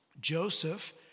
Joseph